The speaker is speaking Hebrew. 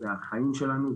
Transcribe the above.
זה החיים שלנו.